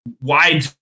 wide